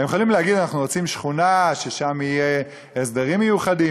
הם יכולים להגיד: אנחנו רוצים שכונה ששם יהיו הסדרים מיוחדים,